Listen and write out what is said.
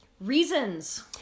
reasons